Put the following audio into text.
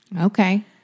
Okay